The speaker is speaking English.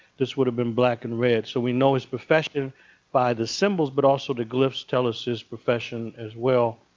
this would have been black and red. so we know his profession by the symbols, but also the glyphs tell us his profession as well.